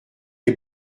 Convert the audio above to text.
les